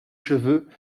cheveux